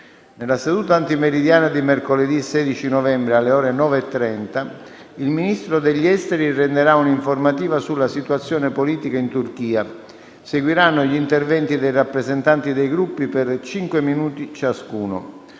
Nella seduta antimeridiana di mercoledì 16 novembre, alle ore 9,30, il Ministro degli affari esteri renderà un'informativa sulla situazione politica in Turchia. Seguiranno gli interventi dei rappresentanti dei Gruppi per cinque minuti ciascuno.